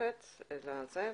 שמצורפת להצעה.